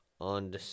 on